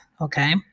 okay